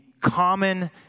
common